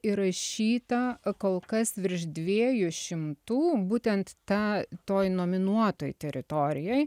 įrašyta kol kas virš dviejų šimtų būtent ta toj nominuotoj teritorijoj